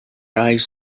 eyes